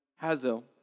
Hazel